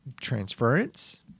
transference